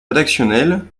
rédactionnel